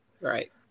Right